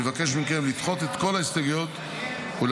אני מבקש מכם לדחות את כל ההסתייגויות ולהצביע